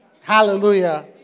Hallelujah